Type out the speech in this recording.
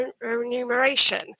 remuneration